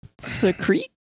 secrete